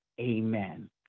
amen